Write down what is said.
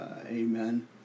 Amen